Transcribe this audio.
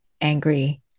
angry